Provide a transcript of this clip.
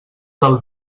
del